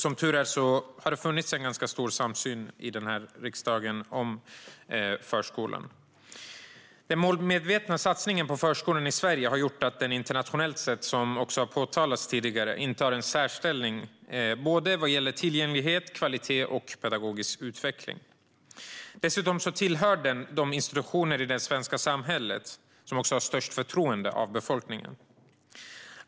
Som tur är har det funnits ganska stor samsyn i den här riksdagen om förskolan. Den målmedvetna satsningen på förskolan i Sverige har gjort att den, vilket har framhållits här tidigare, internationellt sett intar en särställning vad gäller tillgänglighet, kvalitet och pedagogisk utveckling. Dessutom tillhör den de institutioner i det svenska samhället som åtnjuter störst förtroende bland befolkningen.